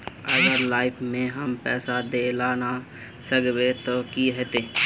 अगर लाइफ में हम पैसा दे ला ना सकबे तब की होते?